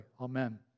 amen